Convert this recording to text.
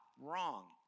wrong